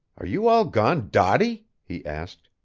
are you all gone dotty? he asked.